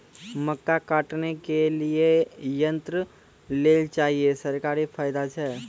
मक्का काटने के लिए यंत्र लेल चाहिए सरकारी फायदा छ?